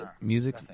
music